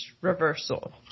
reversal